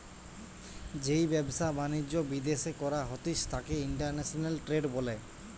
যেই ব্যবসা বাণিজ্য বিদ্যাশে করা হতিস তাকে ইন্টারন্যাশনাল ট্রেড বলে